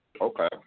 okay